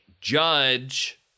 judge